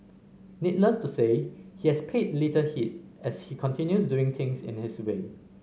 needless to say he has paid little heed as he continues doing things in his way